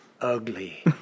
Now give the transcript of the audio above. ugly